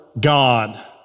God